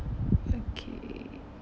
okay